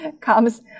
comes